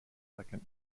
second